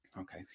Okay